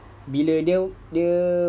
bila dia dia